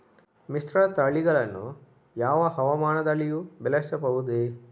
ಮಿಶ್ರತಳಿಗಳನ್ನು ಯಾವ ಹವಾಮಾನದಲ್ಲಿಯೂ ಬೆಳೆಸಬಹುದೇ?